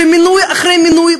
שמינוי אחרי מינוי,